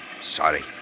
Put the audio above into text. Sorry